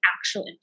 actual